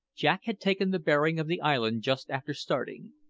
jack had taken the bearing of the island just after starting,